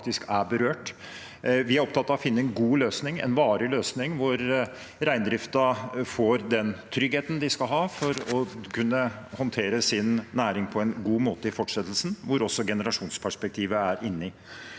Vi er opptatt av å finne en god løsning, en varig løsning hvor reindriften får den tryggheten de skal ha for å kunne håndtere sin næring på en god måte i fortsettelsen, og hvor også generasjonsperspektivet er med.